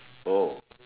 oh